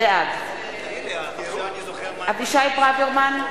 בעד אבישי ברוורמן,